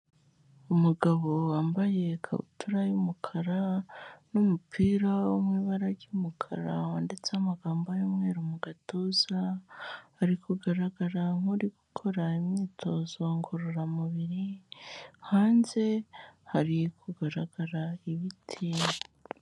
Umugabo wambaye ikabutura y'umukara n'umupira wo mu ibara ry'umukara wanditseho amagambo y'umweru mu gatuza, ari kugaragara nk'uri gukora imyitozo ngororamubiri, hanze hari kugaragara ibiti.